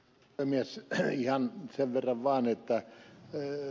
ihan sen verran vaan että ed